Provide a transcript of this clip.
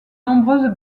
nombreuses